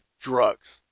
drugs